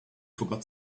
forgot